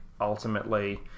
ultimately